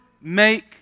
make